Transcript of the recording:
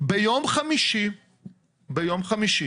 ביום חמישי הקרוב